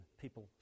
people